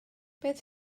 beth